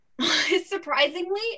Surprisingly